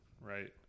right